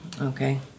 Okay